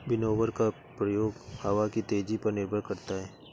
winnower का प्रयोग हवा की तेजी पर निर्भर करता है